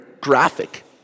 graphic